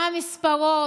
גם המספרות,